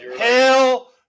Hell